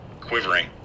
quivering